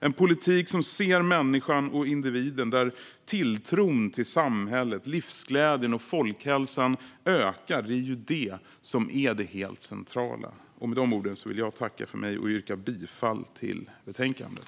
En politik som ser människan och individen, där tilltron till samhället, livsglädjen och folkhälsan ökar, är det helt centrala. Med de orden tackar jag för mig och yrkar bifall till förslaget i betänkandet.